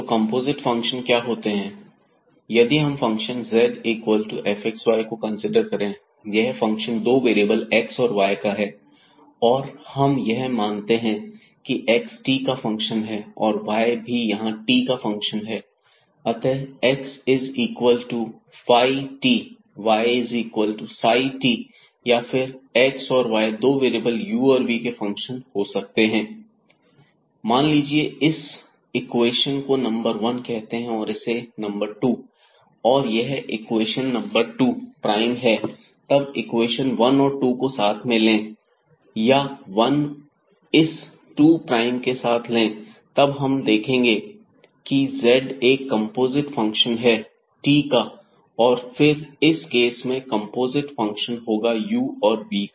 तो composite function क्या होते हैं यदि हम एक फंक्शन z इक्वल है fxy को कंसीडर करें यह फंक्शन दो वेरिएबल x और y का है और हम यह मानते हैं की x t का फंक्शन है और y भी यहां t का फंक्शन है अतः x is equal to phi t और y is equal to psi t या फिर x और y दो वेरिएबल u और v के फंक्शन हो सकते हैं zf x y xϕ yψ xϕ u v yψ u v मान लीजिए इस इक्वेशन को नंबर 1 कहते हैं और इसे नंबर 2 और यह इक्वेशन नंबर 2 प्राइम है तब इक्वेशन 1 और 2 को साथ में ले या 1 इस 2 प्राइम के साथ लें तब हम कहेंगे कि z एक कंपोजिट फंक्शन है t का या फिर इस केस में कंपोजिट फंक्शन होगा u और v का